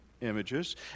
images